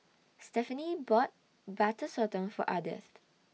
Stephenie bought Butter Sotong For Ardeth